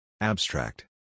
Abstract